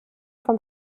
vom